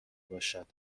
باشد